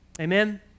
Amen